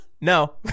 No